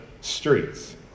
streets